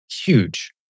huge